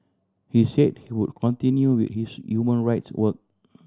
he said he would continue with his human rights work